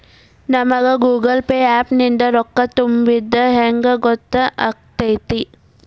ನಮಗ Google Pay app ನಿಂದ ರೊಕ್ಕಾ ತುಂಬಿದ್ದ ಹೆಂಗ್ ಗೊತ್ತ್ ಆಗತೈತಿ?